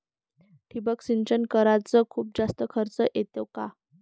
ठिबक सिंचन कराच खूप जास्त खर्च येतो का?